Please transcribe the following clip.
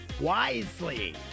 wisely